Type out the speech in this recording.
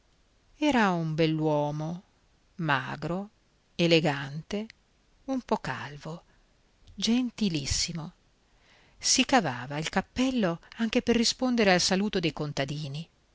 era un bell'uomo magro elegante un po calvo gentilissimo si cavava il cappello anche per rispondere al saluto dei contadini